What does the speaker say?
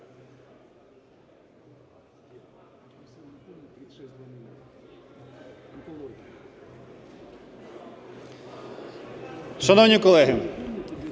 Шановні колеги!